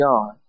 God